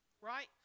right